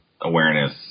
awareness